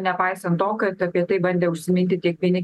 nepaisant to kad apie tai bandė užsiminti tiek vieni